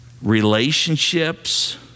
relationships